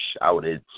shouted